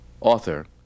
Author